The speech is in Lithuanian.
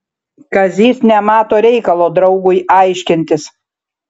kazys nemato reikalo draugui aiškintis